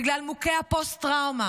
בגלל מוכי הפוסט-טראומה,